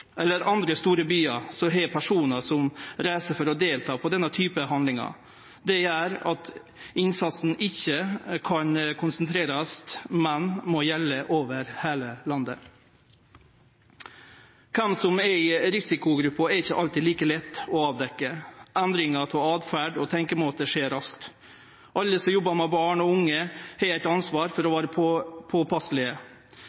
eller andre store byar som har personar som reiser for å delta i denne typen handlingar. Det gjer at innsatsen ikkje kan konsentrerast, men må gjelde over heile landet. Kven som er i risikogruppa, er ikkje alltid like lett å avdekkje. Endringar av åtferd og tenkjemåte skjer raskt. Alle som jobbar med barn og unge, har eit ansvar for å